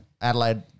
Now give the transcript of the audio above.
Adelaide